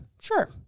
Sure